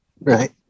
right